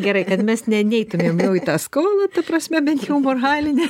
gerai kad mes ne neeitumėm į tą skolą ta prasme bent jau moralinę